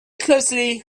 closely